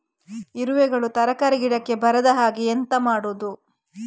ಇರುವೆಗಳು ತರಕಾರಿ ಗಿಡಕ್ಕೆ ಬರದ ಹಾಗೆ ಎಂತ ಮಾಡುದು?